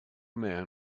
man